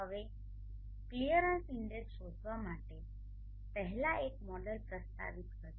હવે clearance index શોધવા માટે ચાલો પહેલા એક મોડેલ પ્રસ્તાવિત કરીએ